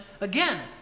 again